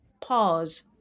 pause